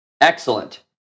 Excellent